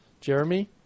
Jeremy